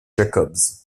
jacobs